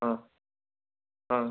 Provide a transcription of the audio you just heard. ஆ ஆ